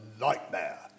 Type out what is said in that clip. nightmare